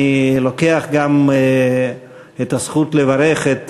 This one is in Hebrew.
אני לוקח גם את הזכות לברך את